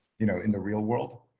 you know in the real world.